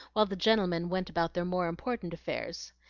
while the gentlemen went about their more important affairs.